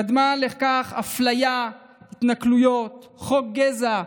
קדמה לכך אפליה, התנכלויות, חוק גזע,